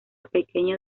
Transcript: pequeño